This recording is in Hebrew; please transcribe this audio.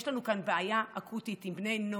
יש לנו כאן בעיה אקוטית עם בני נוער.